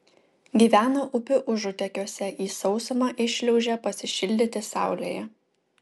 gyvena upių užutekiuose į sausumą iššliaužia pasišildyti saulėje